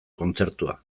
kontzertua